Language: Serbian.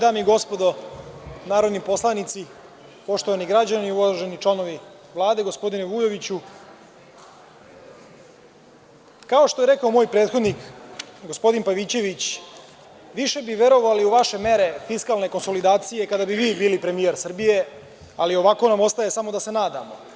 Dame i gospodo narodni poslanici, poštovani građani, uvaženi članovi Vlade, gospodine Vujoviću, kao što je rekao moj prethodnik, gospodin Pavićević, više bi verovali u vaše mere fiskalne konsolidacije kada biste vi bili premijer Srbije, ali ovako nam ostaje samo da se nadamo.